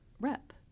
rep